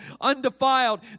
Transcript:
undefiled